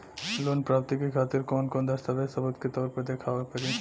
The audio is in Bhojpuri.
लोन प्राप्ति के खातिर कौन कौन दस्तावेज सबूत के तौर पर देखावे परी?